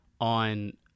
on